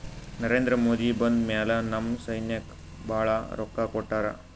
ನರೇಂದ್ರ ಮೋದಿ ಬಂದ್ ಮ್ಯಾಲ ನಮ್ ಸೈನ್ಯಾಕ್ ಭಾಳ ರೊಕ್ಕಾ ಕೊಟ್ಟಾರ